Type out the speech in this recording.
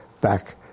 back